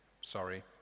sorry